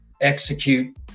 execute